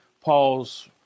Paul's